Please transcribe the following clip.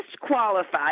disqualified